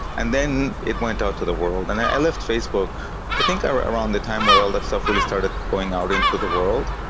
and then it went out to the world. and i left facebook i think around the time where all that stuff really started going out into the world,